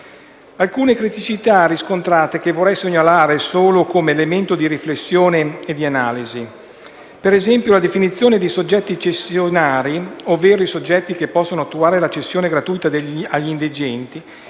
altre criticità riscontrate solo come elemento di riflessione e di analisi. Ad esempio, la definizione di «soggetti cessionari» ovvero i soggetti che possono attuare la cessione gratuita agli indigenti.